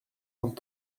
vingt